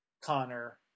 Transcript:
Connor